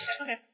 Okay